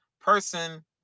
person